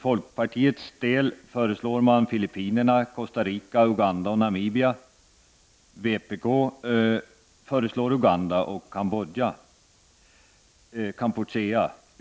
Folkpartiet föreslår Filippinerna, Costa Rica, Uganda och Namibia, medan vpk föreslår Uganda och Cambodja.